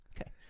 Okay